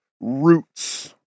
roots